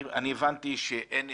אני הבנתי שאין נתונים,